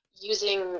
using